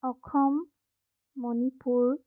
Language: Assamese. অসম মণিপুৰ